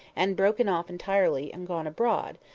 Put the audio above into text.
and broken off entirely, and gone abroad,